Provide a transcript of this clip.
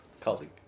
Colleague